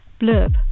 Blurb